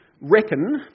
reckon